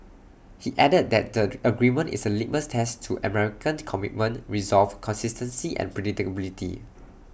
he added that the agreement is A litmus test to American commitment resolve consistency and predictability